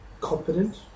competent